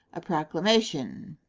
a proclamation.